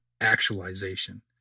actualization